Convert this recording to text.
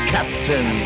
Captain